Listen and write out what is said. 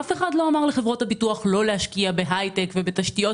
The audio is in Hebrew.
אף אחד לא אמר לחברות הביטוח לא להשקיע בהייטק ובתשתיות.